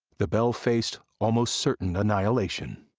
the belle faced almost certain annihilation.